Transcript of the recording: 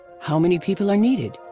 how many people are needed?